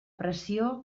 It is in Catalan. pressió